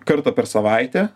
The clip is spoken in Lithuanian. kartą per savaitę